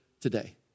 today